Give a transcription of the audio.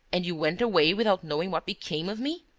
and you went away without knowing what became of me?